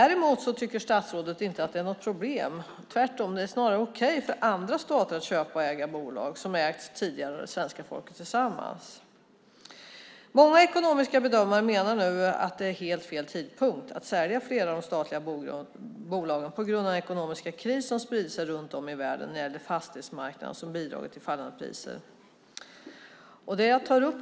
Däremot tycker statsrådet inte att det är ett problem - tvärtom är det snarare okej - för andra stater att köpa och äga bolag som tidigare har ägts av det svenska folket tillsammans. Många ekonomiska bedömare menar nu att det är helt fel tidpunkt att sälja flera av de statliga bolagen på grund av den ekonomiska kris som har spridit sig runt om i världen när det gäller fastighetsmarknaden och som har bidragit till fallande priser.